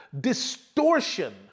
distortion